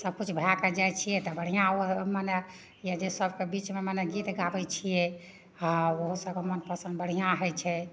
सब भए कऽ जाइत छियै तऽ बढ़िआँ ओ मने जे सबके बिचमे गीत गाबैत छियै हँ ओहो सबके मन पसंद बढ़िआँ होइत छै